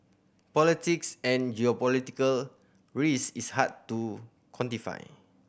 politics and geopolitical risk is hard to quantify